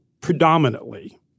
predominantly